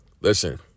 Listen